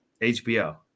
Hbo